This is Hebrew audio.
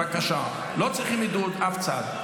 בבקשה, לא צריכים עידוד, אף צד.